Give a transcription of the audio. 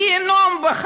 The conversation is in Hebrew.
גיהינום.